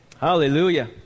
Hallelujah